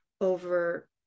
over